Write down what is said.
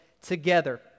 together